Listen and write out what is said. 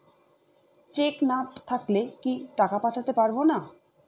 Check না থাকলে কি টাকা পাঠাতে পারবো না?